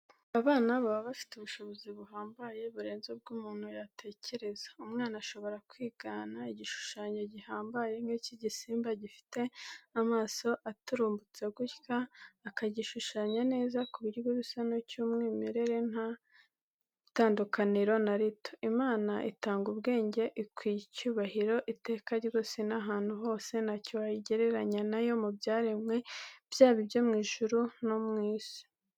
Abana baba bafite ubushobozi buhambaye, burenze ubwo umuntu yatekereza. Umwana ashobora kwigana igishushanyo gihambaye nk'iki gisimba gifite amaso aturumbutse gutya, akagishushanya neza ku buryo busa n'icy'umwimerere, nta tandukaniro na rito! Imana itanga ubwenge ikwiye icyubahiro iteka ryose n'ahantu hose, ntacyo wayigereranya na yo mu byaremwe byaba ibyo mu isi no mu ijuru.